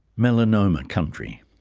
melanoma country,